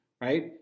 right